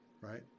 right